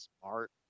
smart